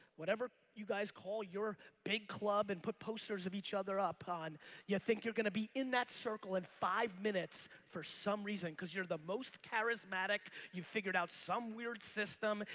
whatever you guys call your big club and put posters of each other up on you think you're going to be in that circle in five minutes for some reason cause you're the most charismatic, you figured out some weird system,